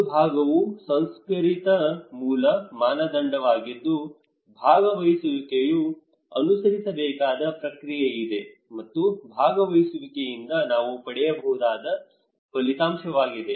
ಒಂದು ಭಾಗವು ಸಂಸ್ಕರಿತ ಮೂಲ ಮಾನದಂಡವಾಗಿದ್ದು ಭಾಗವಹಿಸುವಿಕೆಯು ಅನುಸರಿಸಬೇಕಾದ ಪ್ರಕ್ರಿಯೆಯಿದೆ ಮತ್ತು ಭಾಗವಹಿಸುವಿಕೆಯಿಂದ ನಾವು ಪಡೆಯಬಹುದಾದ ಫಲಿತಾಂಶವಿದೆ